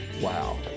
Wow